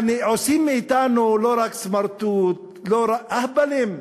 יעני, עושים מאתנו לא רק סמרטוט, לא רק, אהבלים.